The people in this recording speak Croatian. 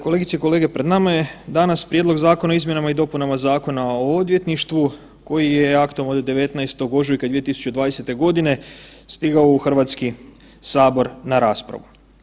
Kolegice i kolege, pred nama je danas Prijedlog zakona o izmjenama i dopunama Zakona o odvjetništvu koji je aktom od 19. ožujka 2020.g. stigao u HS na raspravu.